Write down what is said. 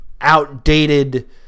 outdated